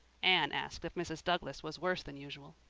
anne asked if mrs. douglas was worse than usual.